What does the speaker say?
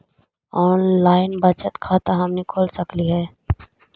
Online बचत खाता हमनी खोल सकली हे?